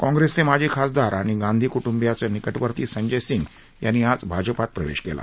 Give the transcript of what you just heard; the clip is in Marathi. काँग्रेसचे माजी खासदार आणि गांधी कुटुंबियाचे निकखर्ती संजय सिंग यांनी आज भाजपात प्रवेश केला